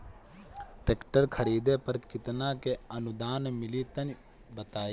Tractor खरीदे पर कितना के अनुदान मिली तनि बताई?